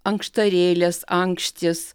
ankštarėlės ankštys